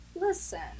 Listen